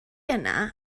yna